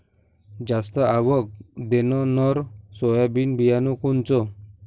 जास्त आवक देणनरं सोयाबीन बियानं कोनचं?